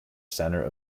center